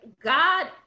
God